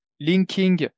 linking